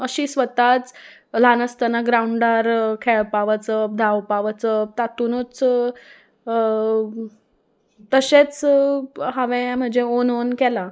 अशी स्वताच ल्हान आसतना ग्रावंडार खेळपा वचप धांवपा वचप तातुनूच तशेंच हांवें म्हजें ओन ओन केलां